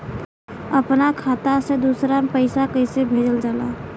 अपना खाता से दूसरा में पैसा कईसे भेजल जाला?